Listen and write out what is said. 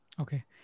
Okay